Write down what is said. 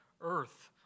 earth